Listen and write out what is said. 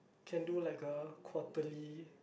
can do like a quarterly